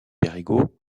perregaux